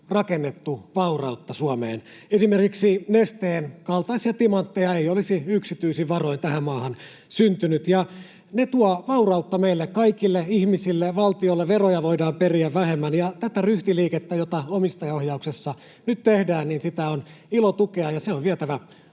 rakennettu vaurautta Suomeen. Esimerkiksi Nesteen kaltaisia timantteja ei olisi yksityisin varoin tähän maahan syntynyt. Ne tuovat vaurautta meille kaikille ihmisille ja valtiolle, veroja voidaan periä vähemmän. Ja tätä ryhtiliikettä, jota omistajaohjauksessa nyt tehdään, on ilo tukea, ja sitä on vietävä